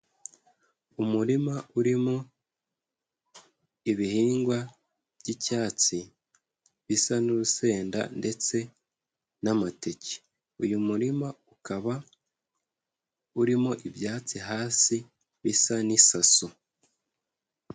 Umurima urimo ibihingwa by'icyatsi bisa n'urusenda ndetse n'amateke, uyu murima ukaba urimo ibyatsi hasi bisa n'isaso.